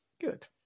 Good